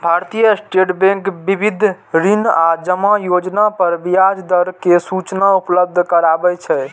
भारतीय state bank विविध ऋण आ जमा योजना पर ब्याज दर के सूचना उपलब्ध कराबै छै